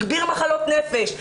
הגביר מחלות נפש,